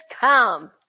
come